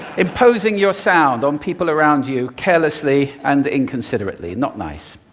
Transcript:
imposing your sound on people around you carelessly and inconsiderately. not nice.